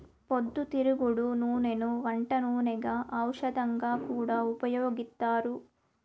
పొద్దుతిరుగుడు నూనెను వంట నూనెగా, ఔషధంగా కూడా ఉపయోగిత్తారు